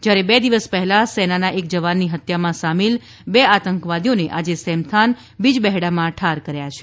જ્યારે બે દિવસ પહેલા સેનાના એક જવાનની હત્યામાં સામિલ બે આંતકવાદીઓને આજે સેમથાન બીજ બહેડામાં ઠાર કર્યા છે